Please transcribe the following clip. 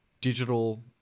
digital